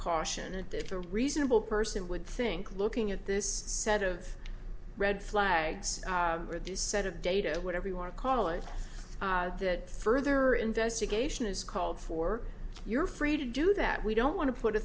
caution and a reasonable person would think looking at this set of red flags are this set of data whatever you want to call it that further investigation is called for you're free to do that we don't want to put a